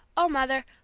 oh, mother,